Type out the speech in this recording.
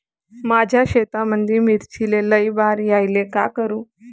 माया शेतामंदी मिर्चीले लई बार यायले का करू?